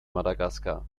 madagaskar